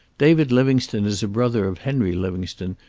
david livingstone is a brother of henry livingstone,